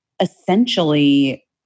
essentially